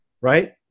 right